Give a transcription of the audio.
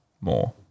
More